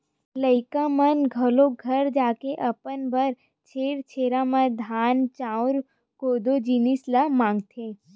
लइका मन घरो घर जाके अपन बर छेरछेरा म धान, चाँउर, कोदो, जिनिस ल मागथे